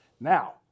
Now